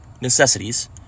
necessities